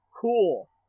cool